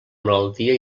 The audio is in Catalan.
malaltia